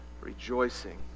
Rejoicing